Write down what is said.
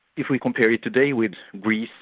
if we compare it today with greece,